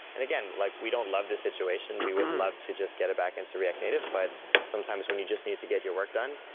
and again, like we don't love this situation. we would love to just get it back and so react native, but sometimes when you just need to get your work done,